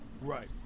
right